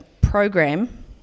program